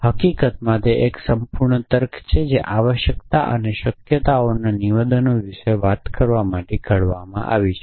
હકીકતમાં તે એક સંપૂર્ણ તર્ક છે જે આવશ્યકતા અને શક્યતાઓના નિવેદનો વિશે વાત કરવા માટે ઘડવામાં આવે છે